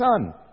Son